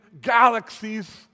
galaxies